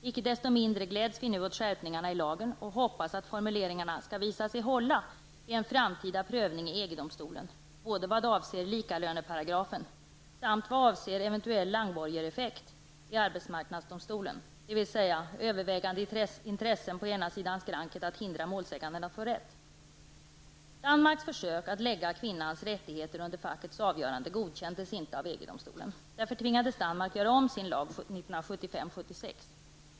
Icke desto mindre gläds vi nu åt skärpningarna i lagen och hoppas att formuleringarna skall visa sig hålla vid en framtida prövning i EG-domstolen både vad avser likalöneparagrafen och vad avser eventuell Langborgereffekt i arbetsmarknadsdomstolen, dvs. övervägande intressen på ena sidan skranket för att hindra målsäganden att få rätt. Danmarks försök att lägga kvinnans rättigheter under fackets avgörande godkändes inte av EG domstolen. Därför tvingades Danmark göra om sin lag 1975/76.